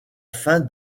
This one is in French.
fin